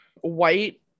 White